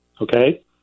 okay